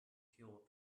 kill